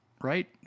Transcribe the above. Right